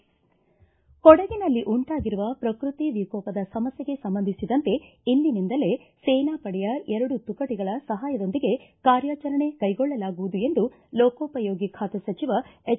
ಕೊಡಗಿನಲ್ಲಿ ಉಂಟಾಗಿರುವ ಪ್ರಕೃತಿ ವಿಕೋಪದ ಸಮಸ್ವೆಗೆ ಸಂಬಂಧಿಸಿದಂತೆ ಇಂದಿನಿಂದಲೇ ಸೇನಾ ಪಡೆಯ ಎರಡು ತುಕಡಿಗಳ ಸಹಾಯದೊಂದಿಗೆ ಕಾರ್ಯಾಚರಣೆ ಕೈಗೊಳ್ಳಲಾಗುವುದು ಎಂದು ಲೋಕೋಪಯೋಗಿ ಖಾತೆ ಸಚಿವ ಎಚ್